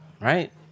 right